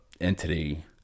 entity